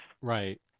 Right